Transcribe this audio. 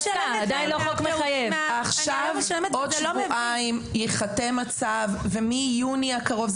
עוד שבועיים ייחתם הצו ומיוני הקרוב,